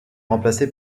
remplacé